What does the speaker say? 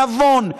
נבון,